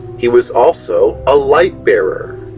he was also a lightbearer.